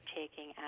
taking